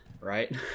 right